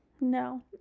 No